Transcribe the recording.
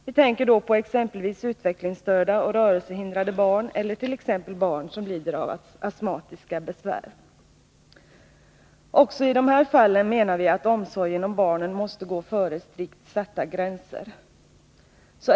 Vi tänker då på exempelvis utvecklingsstörda och rörelsehindrade barn eller barn som lider av astmatiska besvär. Också i de fallen menar vi att omsorgen om barnen måste gå före strikt satta gränser.